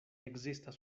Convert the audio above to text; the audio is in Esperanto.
ekzistas